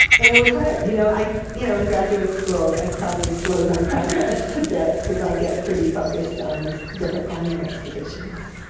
and it was hard. you know you know in graduate school i probably slowed my progress a bit, because i get pretty focused on these different climbing expeditions.